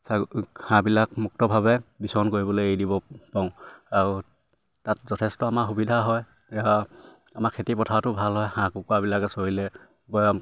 হাঁহবিলাক মুক্তভাৱে বিচৰণ কৰিবলৈ এৰি দিব পাৰোঁ আৰু তাত যথেষ্ট আমাৰ সুবিধা হয় আমাৰ খেতি পথাৰতো ভাল হয় হাঁহ কুকুৰাবিলাকে চৰিলে